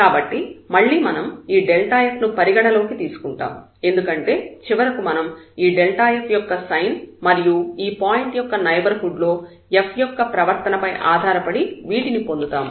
కాబట్టి మళ్ళీ మనం ఈ f ను పరిగణలోకి తీసుకుంటాం ఎందుకంటే చివరకు మనం ఈ f యొక్క సైన్ మరియు ఒక పాయింట్ యొక్క నైబర్హుడ్ లో f యొక్క ప్రవర్తన పై ఆధారపడి వీటిని పొందుతాము